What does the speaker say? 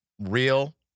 real